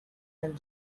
and